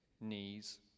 knees